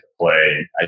play